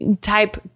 type